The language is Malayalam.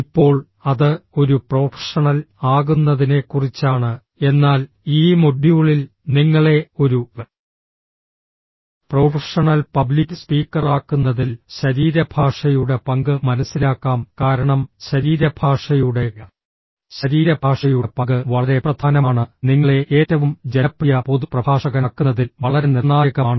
ഇപ്പോൾ അത് ഒരു പ്രൊഫഷണൽ ആകുന്നതിനെക്കുറിച്ചാണ് എന്നാൽ ഈ മൊഡ്യൂളിൽ നിങ്ങളെ ഒരു പ്രൊഫഷണൽ പബ്ലിക് സ്പീക്കറാക്കുന്നതിൽ ശരീരഭാഷയുടെ പങ്ക് മനസിലാക്കാം കാരണം ശരീരഭാഷയുടെ ശരീരഭാഷയുടെ പങ്ക് വളരെ പ്രധാനമാണ് നിങ്ങളെ ഏറ്റവും ജനപ്രിയ പൊതു പ്രഭാഷകനാക്കുന്നതിൽ വളരെ നിർണായകമാണ്